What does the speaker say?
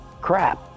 Crap